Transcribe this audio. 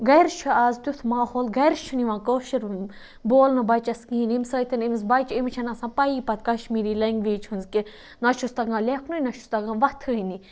گَرِ چھُ آز تیُتھ ماحول گَرِ چھُنہٕ یِوان کٲشُر بولنہٕ بَچَس کِہِیٖنۍ یمہِ سۭتۍ امس بَچہِ امس چھَنہٕ آسان پَیی پَتہٕ کَشمیٖری لینٛگویج ہٕنٛز کینٛہہ نہَ چھُس تَگان لیٚکھنٕے نہَ چھُس تَگان وۄتھٲنی